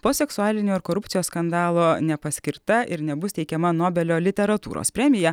po seksualinio ir korupcijos skandalo nepaskirta ir nebus teikiama nobelio literatūros premija